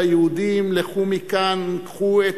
ליהודים: "לכו מכאן.